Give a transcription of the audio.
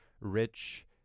rich